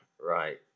Right